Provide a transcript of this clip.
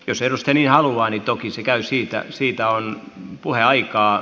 jos erosten ihailuani toki se käy siitä siitä on puheaikaa